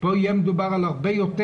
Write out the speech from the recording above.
פה יהיה מדובר על הרבה יותר.